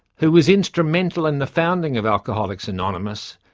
who was instrumental in the founding of alcoholics anonymous,